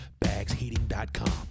BagsHeating.com